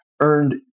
earned